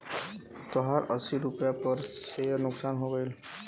तोहार अस्सी रुपैया पर सेअर नुकसान हो गइल